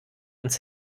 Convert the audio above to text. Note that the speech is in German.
uns